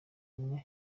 umwe